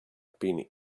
pin